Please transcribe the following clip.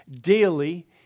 daily